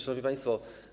Szanowni Państwo!